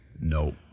No